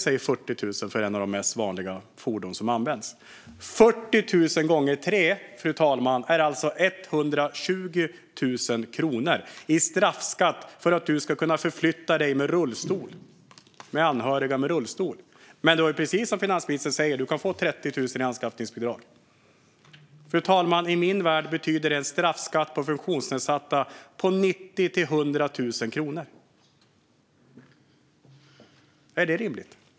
För ett av de vanligaste fordon som används är det dock 40 000. 40 000 gånger tre är 120 000 kronor. Det blir straffskatten för att man själv eller ens anhöriga ska kunna förflytta sig med rullstol. Men precis som finansministern säger kan man få 30 000 i anskaffningsbidrag. Fru talman! I min värld betyder detta en straffskatt på funktionsnedsatta på 90 000-100 000 kronor. Är det rimligt?